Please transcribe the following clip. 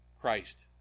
Christ